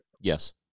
Yes